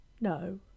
no